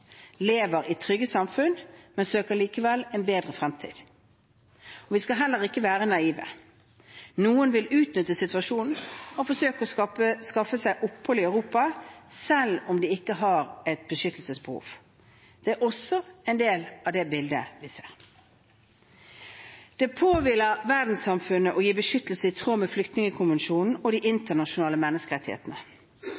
lever i trygge samfunn, men søker likevel en bedre fremtid. Vi skal heller ikke være naive. Noen vil utnytte situasjonen og forsøke å skaffe seg opphold i Europa, selv om de ikke har et beskyttelsesbehov. Det er også en del av det bildet vi ser. Det påhviler verdenssamfunnet å gi beskyttelse i tråd med Flyktningkonvensjonen og de internasjonale menneskerettighetene.